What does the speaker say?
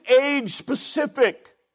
age-specific